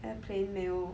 airplane meal